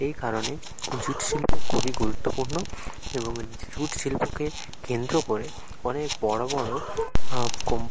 এই কারণে জুট শিল্প খুবই গুরুত্বপূর্ণ এবং জুট শিল্পকে কেন্দ্র করে অনেক বড়ো বড়ো হাফ কম